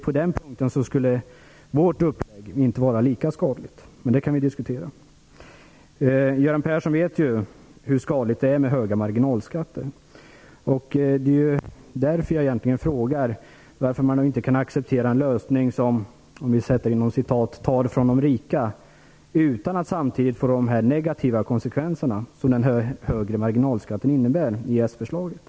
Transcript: På den punkten tror jag att vårt upplägg inte skulle vara lika skadligt, men det kan vi diskutera. Göran Persson vet ju hur skadligt det är med höga marginalskatter. Det är egentligen därför jag frågar varför han inte kan acceptera en lösning som "tar från de rika" utan att man samtidigt får de negativa konsekvenser som den högre marginalskatten innebär i s-förslaget.